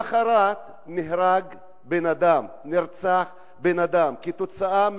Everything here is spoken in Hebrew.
למחרת נרצח בן-אדם, כתוצאה